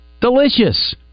Delicious